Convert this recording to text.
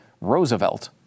Roosevelt